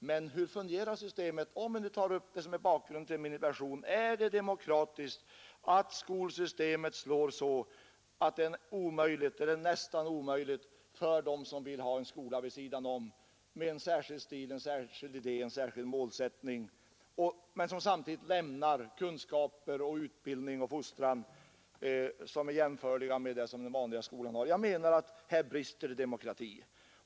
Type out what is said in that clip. Men om man som en bakgrund till min interpellation tar upp systemet till granskning, är det då demokratiskt att skolsystemet slår på sådant sätt att det är omöjligt eller nästan omöjligt för dem att komma någonstans, som vill ha en skola vid sidan om med en särskild stil, särskild idé och särskild målsättning, en skola som samtidigt lämnar kunskaper, utbildning och fostran jämförliga med det som lämnas i den vanliga skolan? Jag menar att här brister det i demokrati.